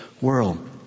world